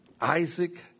Isaac